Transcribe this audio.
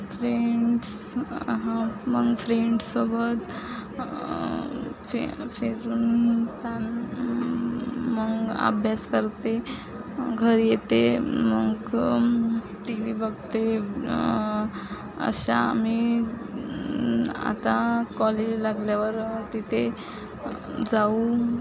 friends हां मग फ्रेंड्ससोबत फि फिरून त्यानंतर मग अभ्यास करते घरी येते मग टी वी बघते अशा मी आता कॉलेज लागल्यावर तिथे जाऊन